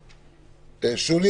עושים.